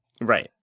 Right